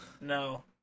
no